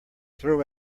throw